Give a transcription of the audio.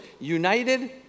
United